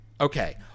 Okay